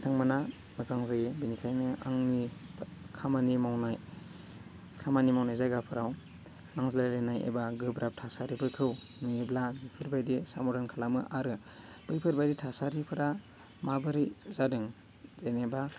बिथांमोना मोजां जायो बेनिखायनो आंनि खामानि मावनाय खामानि मावनाय जायगाफ्राव नांज्लायलायनाय एबा गोब्राब थासारिफोरखौ नुयोब्ला बेफोरबादि समादान खालामो आरो बेफोरबादि थासारिफोरा माबोरै जादों जेनेबा